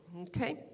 okay